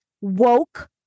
woke